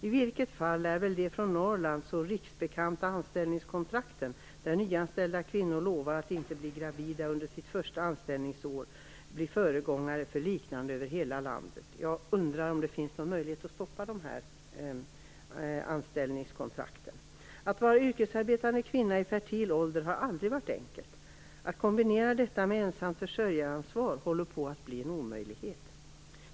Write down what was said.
I vilket fall lär väl de från Norrland så riksbekanta anställningskontrakten, där nyanställda kvinnor lovar att inte bli gravida under sitt första anställningsår, bli föregångare för liknande över hela landet. Jag undrar om det finns någon möjlighet att stoppa dessa anställningskontrakt. Att vara yrkesarbetande kvinna i fertil ålder har aldrig varit enkelt. Att kombinera detta med ensamt försörjaransvar håller på att bli en omöjlighet.